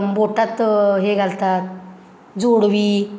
बोटात हे घालतात जोडवी